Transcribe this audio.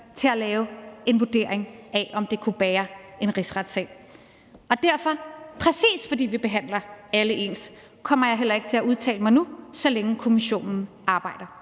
til at lave en vurdering af, om det kunne bære en rigsretssag. Og præcis fordi vi behandler alle ens, kommer jeg heller ikke til at udtale mig nu, så længe kommissionen arbejder.